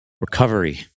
Recovery